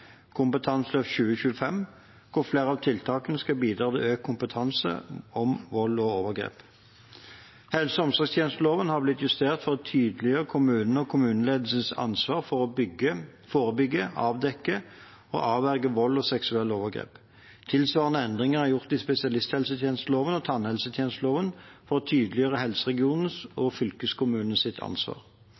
Kompetanseløft 2025, hvor flere av tiltakene skal bidra til økt kompetanse om vold og overgrep. Helse- og omsorgstjenesteloven har blitt justert for å tydeliggjøre kommunens og kommuneledelsens ansvar for å forebygge, avdekke og avverge vold og seksuelle overgrep. Tilsvarende endringer er gjort i spesialisthelsetjenesteloven og tannhelsetjenesteloven for å tydeliggjøre helseregionenes og fylkeskommunenes ansvar.